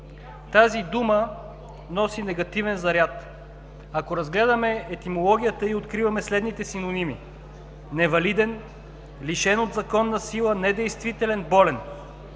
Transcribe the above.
Тази дума носи негативен заряд. Ако разгледаме етимологията ѝ, откриваме следните синоними: невалиден, лишен от законна сила, недействителен, болен.